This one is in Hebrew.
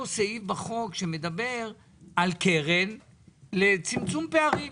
למה אתם משתמשים בכסף שבחוק בשביל הקרן לצמצום פערים?